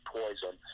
poison